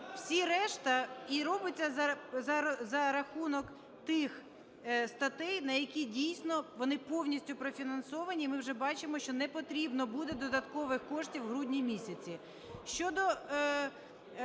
Всі решта… І робиться за рахунок тих статей, на які дійсно вони повністю профінансовані, і ми вже бачимо, що не потрібно буде додаткових коштів в грудні місяці.